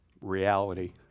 reality